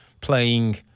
playing